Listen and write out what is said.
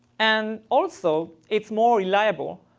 and also, it's more reliable.